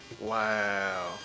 Wow